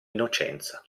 innocenza